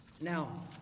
Now